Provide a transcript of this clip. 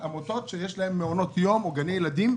אני מדבר על עמותות שיש להן מעונות יום או גני ילדים,